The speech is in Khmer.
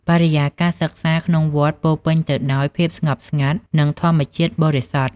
បរិយាកាសសិក្សាក្នុងវត្តពោរពេញទៅដោយភាពស្ងប់ស្ងាត់ និងធម្មជាតិបរិសុទ្ធ។